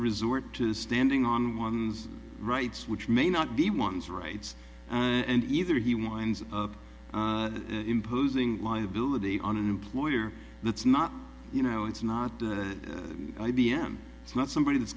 resort to standing on one's rights which may not be one's rights and either he winds up imposing liability on an employer that's not you know it's not the i b m it's not somebody that's